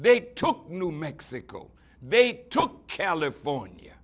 they took new mexico they took california